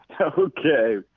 Okay